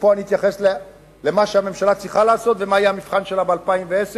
ופה אני אתייחס למה שהממשלה צריכה לעשות ומה יהיה המבחן שלה ב-2010,